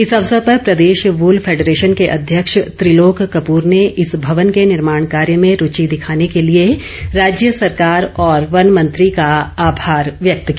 इस अवसर पर प्रदेश वूल फेडरेशन के अध्यक्ष त्रिलोक कपूर ने इस भवन के निर्मोण कार्य में रूचि दिखाने के लिए राज्य सरकार और बन मंत्री का आभार व्यक्त किया